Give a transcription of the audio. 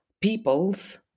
peoples